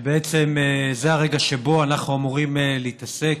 בעצם זה הרגע שבו אנחנו אמורים להתעסק